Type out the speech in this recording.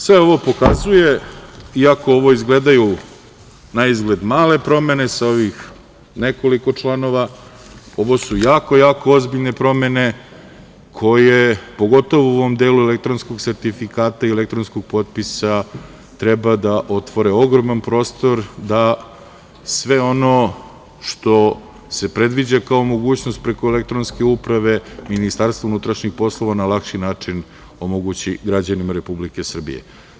Sve ovo pokazuje, iako ovo izgledaju naizgled male promene, sa ovih nekoliko članova, ovo su jako, jako ozbiljne promene, koje pogotovo u ovom delu elektronskog sertifikata i elektronskog potpisa treba da otvore ogroman prostor da sve ono što se predviđa kao mogućnost preko elektronske uprave, MUP na lakši način omogući građanima Republike Srbije.